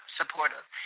supportive